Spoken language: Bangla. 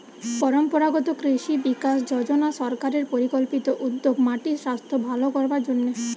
পরম্পরাগত কৃষি বিকাশ যজনা সরকারের পরিকল্পিত উদ্যোগ মাটির সাস্থ ভালো করবার জন্যে